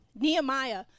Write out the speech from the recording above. Nehemiah